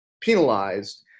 penalized